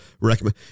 recommend